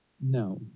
No